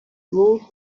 ruled